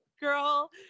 girl